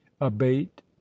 abate